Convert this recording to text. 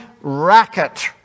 racket